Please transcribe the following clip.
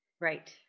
Right